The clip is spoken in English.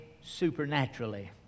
supernaturally